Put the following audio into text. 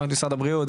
גם את משרד הבריאות,